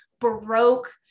Baroque